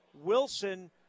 Wilson